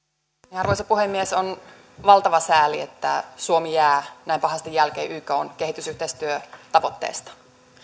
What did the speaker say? arvoisa puhemies on valtava sääli että suomi jää näin pahasti jälkeen ykn kehitysyhteistyötavoitteesta